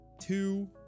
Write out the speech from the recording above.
two